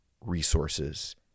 resources